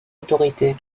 autorité